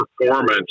performance